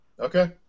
Okay